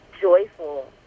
joyful